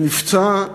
שנפצע,